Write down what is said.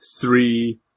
three